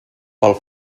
pel